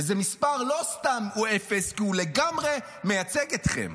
ואפס הוא לא סתם מספר, כי הוא לגמרי מייצג אתכם.